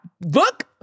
look